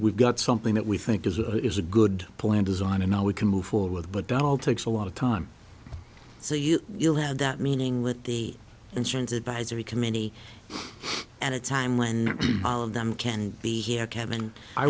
we've got something that we think is a is a good plan design and now we can move forward but donald takes a lot of time so you will have that meaning with the insurance advisory committee and a time when them can be here kevin i